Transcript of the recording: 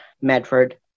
Medford